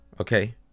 Okay